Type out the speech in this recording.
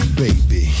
baby